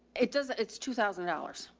it doesn't, it's two thousand dollars.